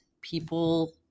people